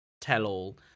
tell-all